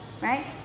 right